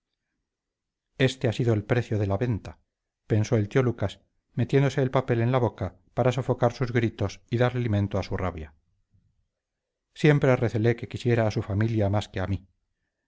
éste ha sido el precio de la venta pensó el tío lucas metiéndose el papel en la boca para sofocar sus gritos y dar alimento a su rabia siempre recelé que quisiera a su familia más que a mí